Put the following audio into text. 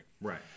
Right